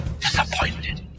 disappointed